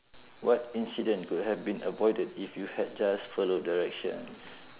what incident could have been avoided if you had just followed directions